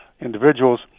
individuals